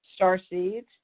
starseeds